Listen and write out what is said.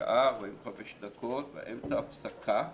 שעה, 45 דקות, הפסקה באמצע,